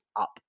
up